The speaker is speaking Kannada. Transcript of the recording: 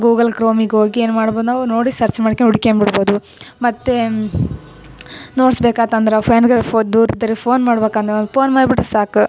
ಗೂಗಲ್ ಕ್ರೋಮಿಗ್ ಹೋಗಿ ಏನು ಮಾಡ್ಬೋದು ನಾವು ನೋಡಿ ಸರ್ಚ್ ಮಾಡ್ಕ್ಯಂಡು ಹುಡಿಕ್ಕೊಂಬಿಡ್ಬೋದು ಮತ್ತೆ ನೋಟ್ಸ್ ಬೇಕಾತಂದ್ರೆ ಫೆನ್ಗಳು ದೂರ ಇದ್ರೆ ಫೋನ್ ಮಾಡ್ಬೇಕನು ಫೋನ್ ಮಾಡಿಬಿಟ್ರೆ ಸಾಕು